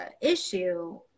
issue